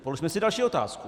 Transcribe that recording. Položme si další otázku.